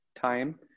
time